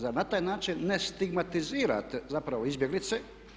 Zar na taj način ne stigmatizirate zapravo izbjeglice?